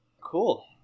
Cool